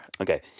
Okay